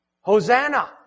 Hosanna